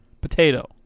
potato